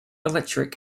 electric